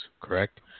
Correct